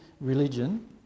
religion